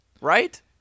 right